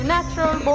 Natural